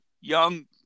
young